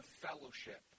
fellowship